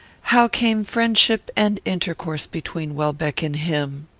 how came friendship and intercourse between welbeck and him?